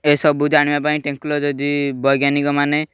ଏସବୁ ଜାଣିବା ପାଇଁ ଟେକ୍ନୋଲୋଜି ବୈଜ୍ଞାନିକମାନେ